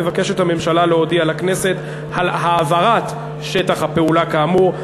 מבקשת הממשלה להודיע לכנסת על העברת שטח הפעולה כאמור.